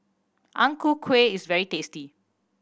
Ang Ku Kueh is very tasty